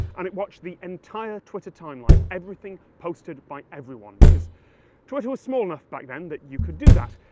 and it watched the entire twitter timeline, everything posted by everyone because twitter was small enough back then that you could do that.